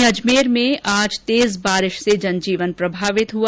वहीं अजमेर में आज तेज बारिश से जनजीवन प्रभावित हुआ